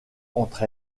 entre